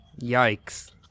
Yikes